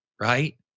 right